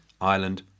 Ireland